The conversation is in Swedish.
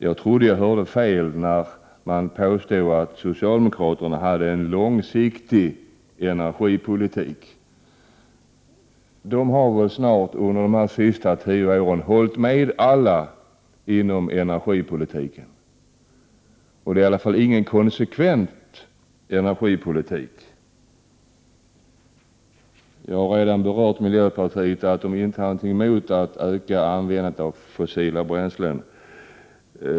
Jag trodde jag hörde fel när det påstods att socialdemokraterna hade en långsiktig energipolitik. Under de senaste tre, fyra åren har de väl snart hållit med alla meningar inom energipolitiken; de för i alla fall ingen konsekvent energipolitik. Jag har redan berört att miljöpartiet inte har någonting emot att öka användningen av fossila bränslen.